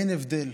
אין הבדל.